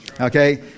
okay